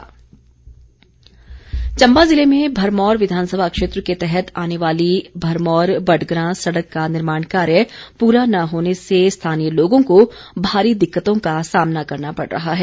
मांग चंबा ज़िले में भरमौर विधानसभा क्षेत्र के तहत आने वाली भरमौर बडग्रां सड़क का निर्माण कार्य पिछले पूरा न होने से स्थानीय लोगों को भारी दिक्कतों का सामना करना पड़ रहा है